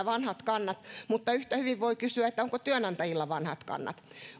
vanhat kannat mutta yhtä hyvin voi kysyä onko työnantajilla vanhat kannat